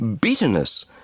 bitterness